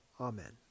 Amen